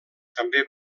també